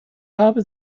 habe